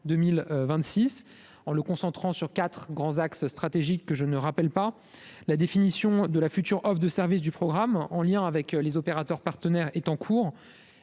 en le concentrant sur 4 grands axes stratégiques que je ne me rappelle pas la définition de la future offre de service du programme, en lien avec les opérateurs partenaires est en cours,